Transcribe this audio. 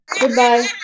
Goodbye